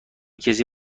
کسی